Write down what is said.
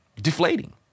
deflating